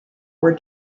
were